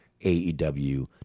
AEW